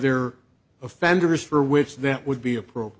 there offenders for which that would be appro